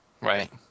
Right